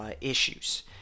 issues